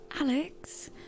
Alex